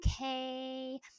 okay